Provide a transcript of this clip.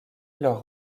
leur